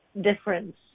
difference